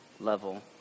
level